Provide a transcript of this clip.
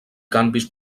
canvis